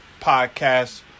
podcast